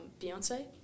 Beyonce